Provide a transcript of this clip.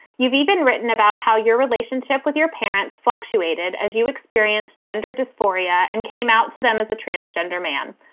you've even written about how your relationship with your parents fluctuated as you experienced gender dysphoria and came out to them as a transgender transgender man.